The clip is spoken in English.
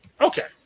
Okay